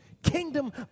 Kingdom